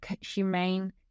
humane